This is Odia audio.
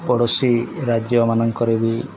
ପଡ଼ୋଶୀ ରାଜ୍ୟମାନଙ୍କରେ ବି